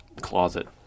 closet